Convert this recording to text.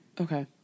Okay